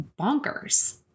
bonkers